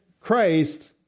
Christ